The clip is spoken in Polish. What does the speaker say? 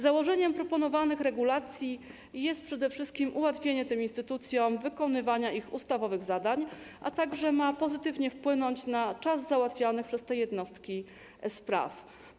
Założeniem proponowanych regulacji jest przede wszystkim ułatwienie tym instytucjom wykonywania ich ustawowych zadań, a także mają one pozytywnie wpłynąć na czas załatwiania przez te jednostki spraw.